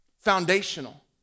Foundational